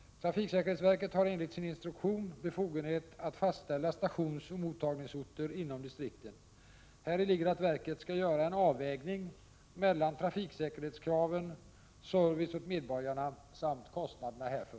Trafiksäkerhetsverket har enligt sin instruktion befogenhet att fastställa stationsoch mottagningsorter inom distrikten. Häri ligger att verket skall göra en avvägning mellan trafiksäkerhetskraven, service åt medborgarna samt kostnaderna härför.